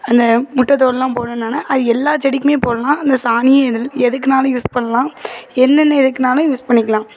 அந்த முட்டை தோல்லாம் போடுனோம்னா அது எல்லா செடிக்குமே போடலாம் அந்த சாணி எதில் எதுக்குனாலும் யூஸ் பண்ணலாம் என்னென்ன எதுக்குனாலும் யூஸ் பண்ணிக்கலாம்